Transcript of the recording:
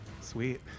Sweet